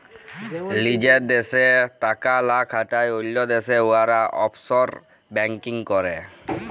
লিজের দ্যাশে টাকা লা খাটায় অল্য দ্যাশে উয়ারা অফশর ব্যাংকিং ক্যরে